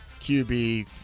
QB